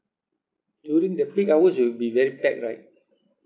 during the peak hours it will be very packed right